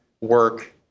work